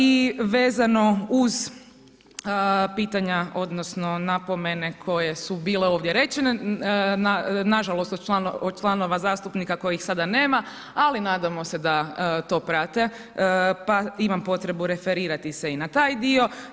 I vezano uz pitanja odnosno napomene koje su bile ovdje rečene, nažalost od članova zastupnika kojih sada nema ali nadamo se da to prate pa imam potrebu referirati se i na taj dio.